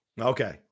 Okay